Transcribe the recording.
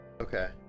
Okay